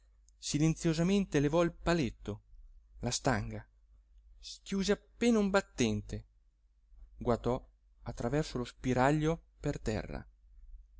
silenziosamente levò il paletto la stanga schiuse appena un battente guatò attraverso lo spiraglio per terra